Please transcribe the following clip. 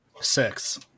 Six